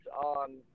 on